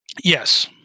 Yes